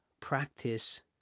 practice